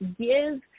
give